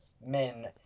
men